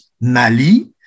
Mali